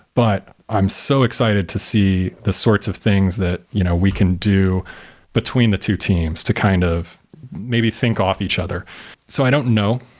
but i'm so excited to see the sorts of things that you know we can do between the two teams to kind of maybe think off each other so i don't know.